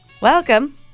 Welcome